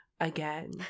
again